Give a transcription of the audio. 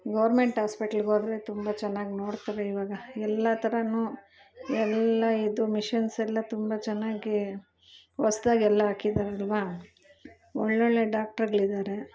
government ಹಾಸ್ಪಿಟ್ಲಿಗೆ ಹೋದ್ರೆ ತುಂಬ ಚೆನ್ನಾಗಿ ನೋಡ್ತಾರೆ ಇವಾಗ ಎಲ್ಲ ಥರ ಎಲ್ಲ ಇದು ಮಿಷಿನ್ಸ್ ಎಲ್ಲ ತುಂಬ ಚೆನ್ನಾಗಿ ಹೊಸದಾಗಿ ಎಲ್ಲ ಹಾಕಿದ್ರಲ್ವ ಒಳ್ಳೊಳ್ಳೆ ಡಾಕ್ಟರ್ಗಳು ಇದಾರೆ